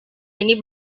ini